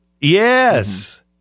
Yes